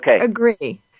agree